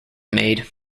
made